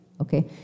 Okay